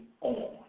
on